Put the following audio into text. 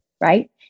right